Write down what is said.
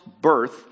birth